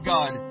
God